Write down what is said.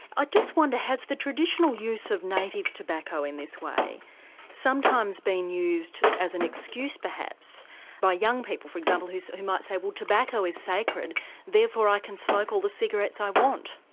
i just wonder has the traditional use of native tobacco in this way sometimes been used as an excuse perhaps by young people? for example, who so who might say well tobacco is sacred therefore i can smoke all the cigarettes i want.